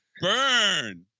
Burn